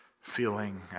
feeling